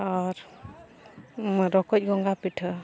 ᱟᱨ ᱨᱚᱠᱚᱡᱽ ᱜᱚᱝᱜᱷᱟ ᱯᱤᱴᱷᱟᱹ